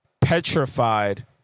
petrified